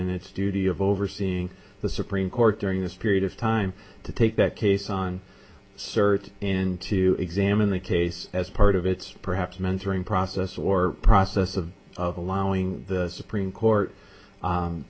in its duty of overseeing the supreme court during this period of time to take that case on cert and to examine the case as part of its perhaps mentoring process or process of of allowing the supreme court